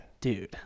Dude